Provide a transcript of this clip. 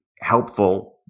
helpful